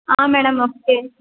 madam okay